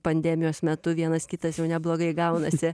pandemijos metu vienas kitas jau neblogai gaunasi